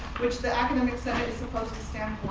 which the academic senate is supposed to stand